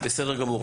בסדר גמור,